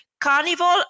carnival